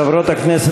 חברות הכנסת,